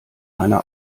einer